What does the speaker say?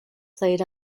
played